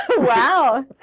Wow